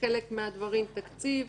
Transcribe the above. בחלק מהדברים תקציב.